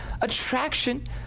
attraction